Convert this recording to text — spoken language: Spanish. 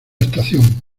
estación